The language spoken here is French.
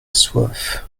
soif